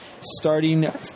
starting